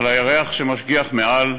על הירח שמשגיח מעל,